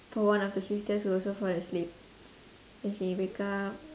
for one of the sisters who also fall asleep then she wake up